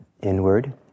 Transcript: inward